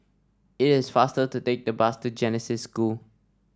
it is faster to take the bus to Genesis School